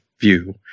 view